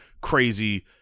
crazy